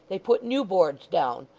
they put new boards down,